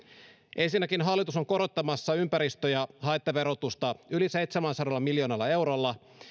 ensinnäkin hallitus on korottamassa ympäristö ja haittaverotusta yli seitsemälläsadalla miljoonalla eurolla